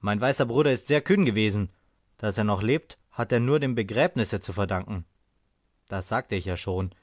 mein weißer bruder ist sehr kühn gewesen daß er noch lebt hat er nur dem begräbnisse zu verdanken das sagte ich ja schon